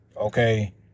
Okay